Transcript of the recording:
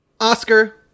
Oscar